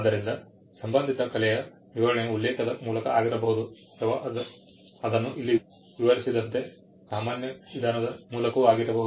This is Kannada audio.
ಆದ್ದರಿಂದ ಸಂಬಂಧಿತ ಕಲೆಯ ವಿವರಣೆಯು ಉಲ್ಲೇಖದ ಮೂಲಕ ಆಗಿರಬಹುದು ಅಥವಾ ಅದನ್ನು ಇಲ್ಲಿ ವಿವರಿಸಿದಂತೆ ಸಾಮಾನ್ಯ ವಿಧಾನದ ಮೂಲಕವೂ ಆಗಿರಬಹುದು